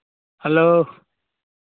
hello